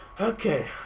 Okay